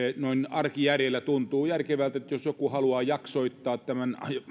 arkijärjellä tuntuu järkevältä jos joku haluaa jaksottaa tämän